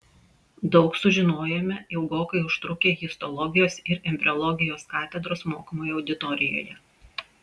daug sužinojome ilgokai užtrukę histologijos ir embriologijos katedros mokomoje auditorijoje